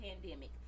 pandemic